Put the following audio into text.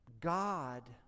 God